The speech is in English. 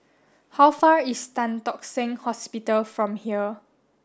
how far is Tan Tock Seng Hospital from here